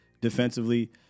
defensively